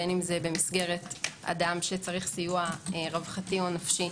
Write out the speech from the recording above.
בין אם זה במסגרת אדם שצריך סיוע רווחתי או נפשי